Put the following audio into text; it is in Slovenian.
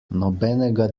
nobenega